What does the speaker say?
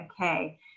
okay